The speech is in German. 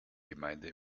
gemeinde